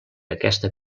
aquesta